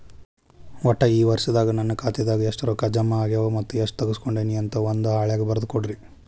ಒಟ್ಟ ಈ ವರ್ಷದಾಗ ನನ್ನ ಖಾತೆದಾಗ ಎಷ್ಟ ರೊಕ್ಕ ಜಮಾ ಆಗ್ಯಾವ ಮತ್ತ ಎಷ್ಟ ತಗಸ್ಕೊಂಡೇನಿ ಅಂತ ಒಂದ್ ಹಾಳ್ಯಾಗ ಬರದ ಕೊಡ್ರಿ